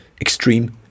extreme